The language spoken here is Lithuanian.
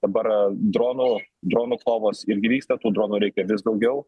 dabar dronų dronų kovos irgi vyksta tų dronų reikia vis daugiau